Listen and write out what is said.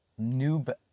noob